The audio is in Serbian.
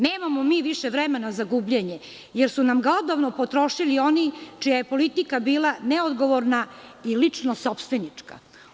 Nemamo mi više vremena za gubljenje, jer su nam ga odavno potrošili oni čija je politika bila neodgovorna i lično sopstvenička.